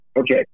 Okay